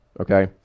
okay